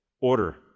order